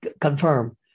confirm